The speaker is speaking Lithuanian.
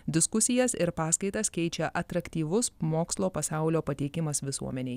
diskusijas ir paskaitas keičia atraktyvus mokslo pasaulio pateikimas visuomenei